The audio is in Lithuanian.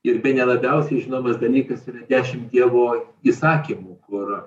ir bene labiausiai žinomas dalykas yra dešim dievo įsakymų kur